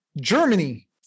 Germany